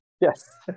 Yes